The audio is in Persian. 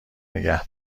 نگه